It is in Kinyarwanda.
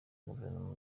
guverinoma